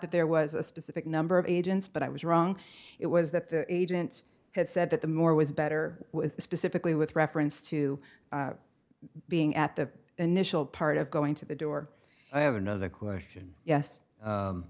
that there was a specific number of agents but i was wrong it was that the agents had said that the more was better was specifically with reference to being at the initial part of going to the door i have another question yes